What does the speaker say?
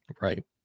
right